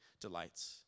delights